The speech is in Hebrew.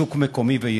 לשוק המקומי ולייצוא.